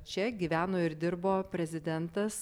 čia gyveno ir dirbo prezidentas